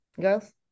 Girls